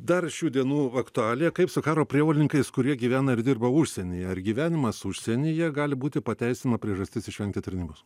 dar šių dienų aktualija kaip su karo prievolininkais kurie gyvena ir dirba užsienyje ar gyvenimas užsienyje gali būti pateisinama priežastis išvengti tarnybos